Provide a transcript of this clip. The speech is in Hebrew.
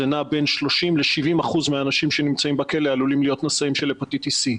בין 30% ל-70% מהאנשים שנמצאים בכלא עלולים להיות נשאים של הפטיטיס סי.